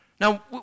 Now